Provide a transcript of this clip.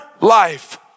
life